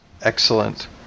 Excellent